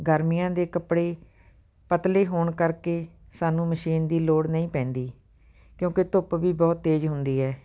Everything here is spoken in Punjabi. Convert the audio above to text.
ਗਰਮੀਆਂ ਦੇ ਕੱਪੜੇ ਪਤਲੇ ਹੋਣ ਕਰਕੇ ਸਾਨੂੰ ਮਸ਼ੀਨ ਦੀ ਲੋੜ ਨਹੀਂ ਪੈਂਦੀ ਕਿਉਂਕਿ ਧੁੱਪ ਵੀ ਬਹੁਤ ਤੇਜ਼ ਹੁੰਦੀ ਹੈ